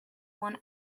one